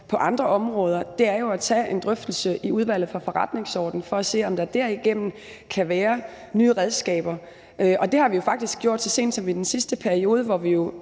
på andre områder, er jo at tage en drøftelse i Udvalget for Forretningsordenen for at se, om der derigennem kan være nye redskaber. Det har vi faktisk gjort så sent som i den sidste periode, hvor vi